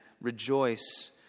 rejoice